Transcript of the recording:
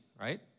right